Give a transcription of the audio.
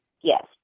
Yes